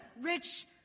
rich